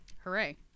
hooray